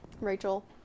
Rachel